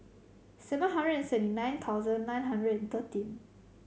seven hundred seventy nine thousand nine hundred and thirteen